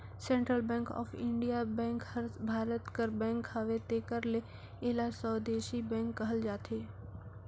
central bank of India bank हर भारत कर bank हवे तेकर ले एला स्वदेसी बेंक कहल जाथे